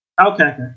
Okay